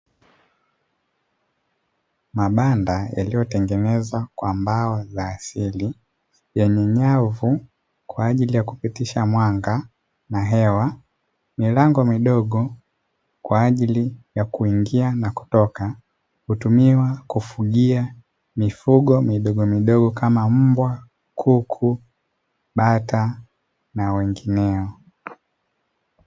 Mabanda yaliyotengenezwa kwa mbao za asili yenye nyavu kwa ajili ya kupitisha mwanga na hewa milango midogo kwa ajili ya kuingia na kutoka, hutumiwa kufugia mifugo midogomidogo kama mbwa, kuku, bata na wengineo.